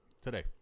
Today